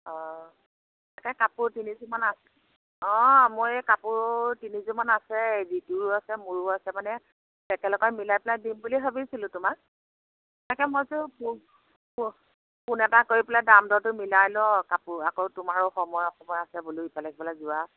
অঁ তাকে কাপোৰ তিনিযোৰমান আছে অঁ মোৰ এই কাপোৰ তিনিযোৰমান আছে জিতুৰো আছে মোৰো আছে মানে একেলগে মিলাই পেলাই দিম বুলি ভাবিছিলোঁ তোমাক তাকে মই ভাবিছোঁ ফোন এটা কৰি পেলাই দাম দৰটো এটা মিলাই লওঁ আকৌ তোমাৰো সময় অসময় আছে বোলো ইফালে সিফালে যোৱা